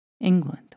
England